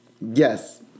Yes